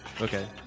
Okay